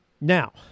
Now